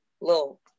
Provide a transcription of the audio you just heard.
little